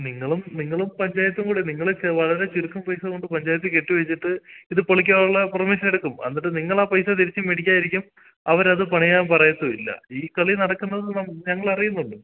നിങ്ങളും നിങ്ങളും പഞ്ചായത്തും കൂടെ നിങ്ങൾ വളരെ ചുരുക്കം പൈസ കൊണ്ട് പഞ്ചായത്തിൽ കെട്ടി വെച്ചിട്ട് ഇത് പൊളിക്കാനുള്ള പെർമിഷനെടുക്കും എന്നിട്ട് നിങ്ങൾ ആ പൈസ തിരിച്ചുമേടിക്കാതിരിക്കും അവരത് പണിയാൻ പറയത്തുമില്ല ഈ കളി നടക്കുന്നത് ഞങ്ങളറിയുന്നുണ്ട്